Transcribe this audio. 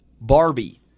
Barbie